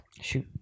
shoot